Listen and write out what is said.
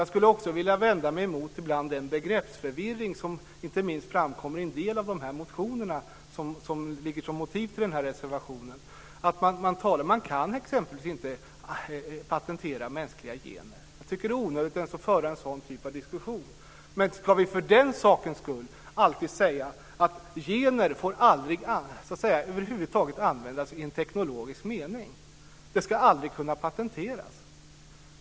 Jag skulle också vilja vända mig emot den begreppsförvirring som inte minst framkommer i en del av de motioner som utgör motiv till den här reservationen. Man kan exempelvis inte patentera mänskliga gener. Jag tycker att det är onödigt att ens föra en sådan diskussion. Men ska vi för den sakens skull alltid säga att gener över huvud taget aldrig får användas i teknologisk mening? De ska aldrig kunna patenteras.